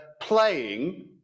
playing